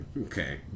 Okay